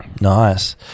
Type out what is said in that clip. Nice